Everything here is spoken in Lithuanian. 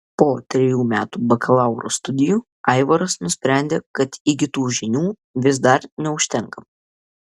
po trejų metų bakalauro studijų aivaras nusprendė kad įgytų žinių vis dar neužtenka